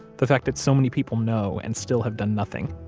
the fact that so many people know and still have done nothing,